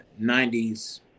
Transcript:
90s